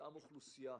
ומותאם אוכלוסייה.